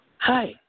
Hi